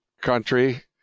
country